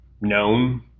known